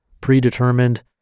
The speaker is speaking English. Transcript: predetermined